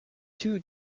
two